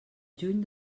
juny